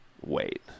wait